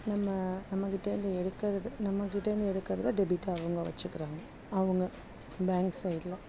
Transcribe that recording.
நம்ம நம்மகிட்டேயிருந்து எடுக்கிறது நம்மகிட்டேயிருந்து எடுக்கிறத டெபிட்டாக அவங்க வச்சுக்கிறாங்க அவங்க பேங்க் சைடில்